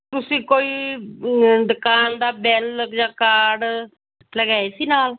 ਤੁਸੀਂ ਕੋਈ ਦਕਾਨ ਦਾ ਬਿੱਲ ਜਾਂ ਕਾਰਡ ਲੈ ਗਏ ਸੀ ਨਾਲ